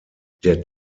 der